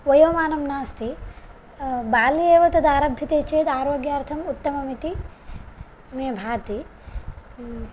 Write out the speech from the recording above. वयोमानं नास्ति बाल्ये एव तदारभ्यते चेत् आरोग्यार्थम् उत्तममिति मे भाति